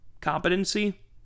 competency